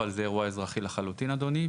אבל זה אירוע אזרחי לחלוטין אדוני,